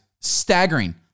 Staggering